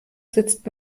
sitzt